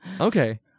Okay